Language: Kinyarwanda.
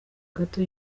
gato